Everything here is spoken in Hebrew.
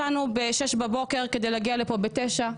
היום יצאנו ב-6:00 בבוקר כדי להגיע לכאן ב-9:00.